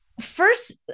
first